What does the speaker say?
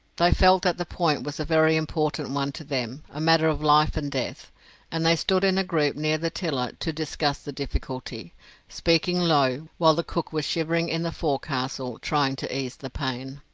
they felt that the point was a very important one to them a matter of life and death and they stood in a group near the tiller to discuss the difficulty speaking low, while the cook was shivering in the forecastle, trying to ease the pain.